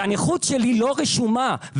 והנכות שלנו לא רשומה?